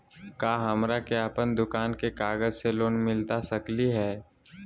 का हमरा के अपन दुकान के कागज से लोन मिलता सकली हई?